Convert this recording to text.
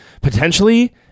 potentially